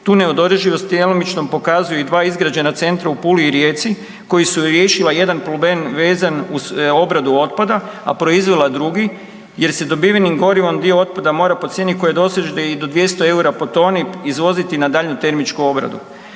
Tu neodrživost djelomično pokazuju i dva izgrađena centra u Puli i Rijeci koji su riješila jedan problem vezan uz obradu otpada, a proizvela drugi jer se dobivenim gorivom dio otpada mora po cijeni koja doseže i do 200 EUR-a po toni izvoziti na daljnju termičku obradu.